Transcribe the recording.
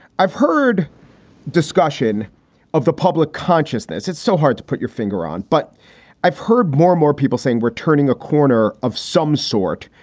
i've heard discussion of the public consciousness. it's so hard to put your finger on, but i've heard more more people saying we're turning a corner of some sort.